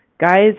Guys